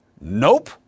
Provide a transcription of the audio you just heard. Nope